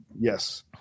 Yes